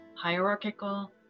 hierarchical